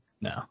No